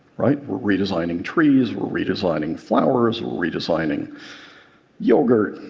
right? we're redesigning trees. we're redesigning flowers. we're redesigning yogurt,